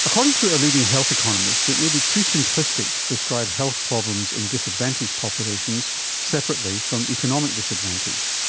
according to a leading health economist, it may be too simplistic to describe health problems in disadvantaged populations separately from economic disadvantage.